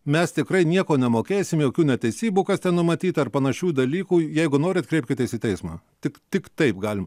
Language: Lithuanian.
mes tikrai nieko nemokėsim jokių netesybų kas ten numatyta ar panašių dalykų jeigu norit kreipkitės į teismą tik tik taip galim